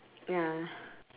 ya